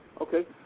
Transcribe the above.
Okay